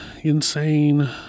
insane